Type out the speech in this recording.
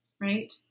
right